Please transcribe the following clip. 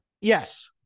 yes